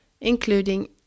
including